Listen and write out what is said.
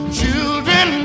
children